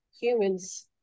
humans